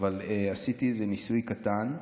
עשיתי ניסוי קטן.